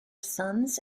sons